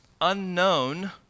unknown